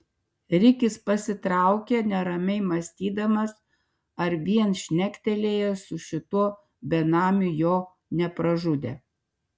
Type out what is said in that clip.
rikis pasitraukė neramiai mąstydamas ar vien šnektelėjęs su šituo benamiu jo nepražudė